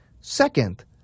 second